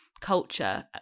culture